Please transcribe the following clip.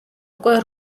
უკვე